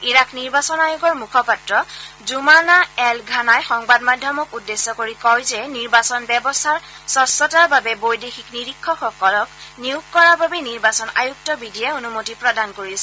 Iraq নিৰ্বাচন আয়োগৰ মুখপাত্ৰ জুমানা এল ঘালাই সংবাদ মাধ্যমক উদ্দেশ্য কৰি কয় যে নিৰ্বাচন ব্যৱস্থাৰ স্বছতাৰ বাবে বৈদেশিক নিৰীক্ষকসকলক নিয়োগ কৰাৰ বাবে নিৰ্বাচন আয়ুক্ত বিধিয়ে অনুমতি প্ৰদান কৰিছে